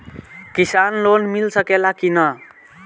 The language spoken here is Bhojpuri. किसान लोन मिल सकेला कि न?